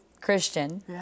Christian